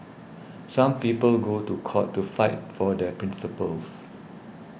some people go to court to fight for their principles